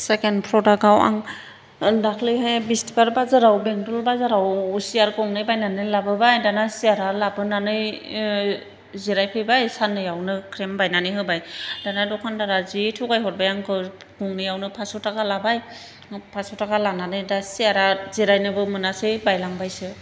second प्रडाक्टआव आं दाख्लैहाय बिस्थिबार बाजाराव बेंटल बाजाराव चियार गंनै बायनानै लाबोबाय दाना चियारा लाबोनानै जिरायफैबाय साननैयावनो ख्रेम बायनानै होबाय दाना दखानदारा जि थगाय हरबाय आंखौ गंनैयावनो फास' थाखा लाबाय फास' थाखा लानानै दा चियारा जिराइनोबो मोनासै बायलांबायसो